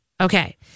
Okay